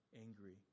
angry